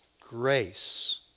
grace